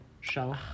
show